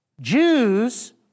Jews